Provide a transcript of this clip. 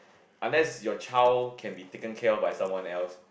unless your child can be taken care of by someone else